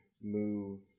move